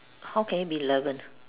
how can it be eleven